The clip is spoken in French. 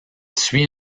suit